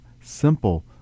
simple